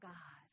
God